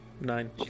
Nine